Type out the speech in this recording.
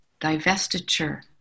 divestiture